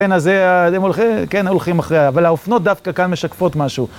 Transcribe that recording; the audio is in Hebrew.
כן, אז הם הולכים, כן הולכים אחריה, אבל האופנות דווקא כאן משקפות משהו.